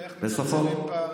איך מצמצמים פערים,